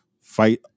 fight